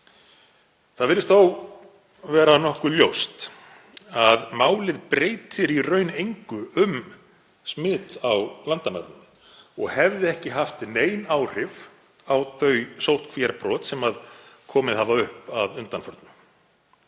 Það virðist þó vera nokkuð ljóst að málið breytir í raun engu um smit á landamærunum og hefði ekki haft nein áhrif á þau sóttkvíarbrot sem komið hafa upp að undanförnu.